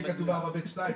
יהיה כתוב "פרט 4ב(2)".